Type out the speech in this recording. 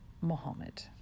Mohammed